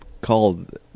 called